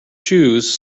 shoes